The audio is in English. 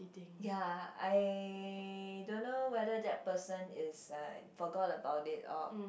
ya I don't know whether that person is like forgot about it or